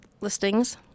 listings